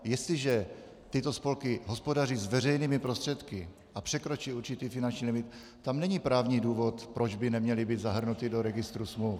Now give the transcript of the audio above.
Jestliže tyto spolky hospodaří s veřejnými prostředky a překročí určitý finanční limit, tam není právní důvod, proč by neměly být zahrnuty do registru smluv.